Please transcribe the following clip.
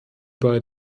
bei